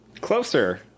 closer